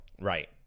Right